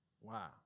Wow